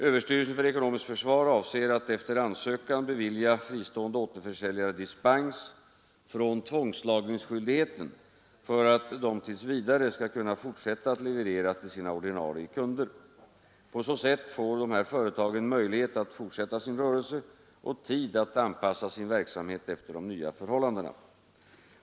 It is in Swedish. Överstyrelsen för ekonomiskt försvar avser att efter ansökan bevilja fristående återförsäljare dispens från tvångslagringsskyldigheten för att dessa skall kunna fortsätta leverera till sina ordinarie kunder. På så sätt får dessa företag möjlighet att fortsätta sin rörelse och tid att anpassa sin verksamhet efter de nya förhållandena.